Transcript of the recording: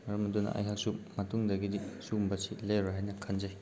ꯃꯔꯝ ꯑꯗꯨꯅ ꯑꯩꯍꯥꯛꯁꯨ ꯃꯇꯨꯡꯗꯒꯤꯗꯤ ꯁꯨꯒꯨꯝꯕꯁꯤ ꯂꯩꯔꯔꯣꯏ ꯍꯥꯏꯅ ꯈꯟꯖꯩ